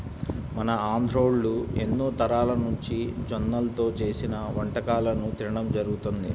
మన ఆంధ్రోల్లు ఎన్నో తరాలనుంచి జొన్నల్తో చేసిన వంటకాలను తినడం జరుగతంది